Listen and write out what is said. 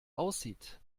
aussieht